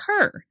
occur